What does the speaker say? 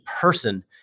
person